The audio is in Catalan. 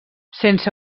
sense